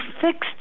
fixed